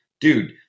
dude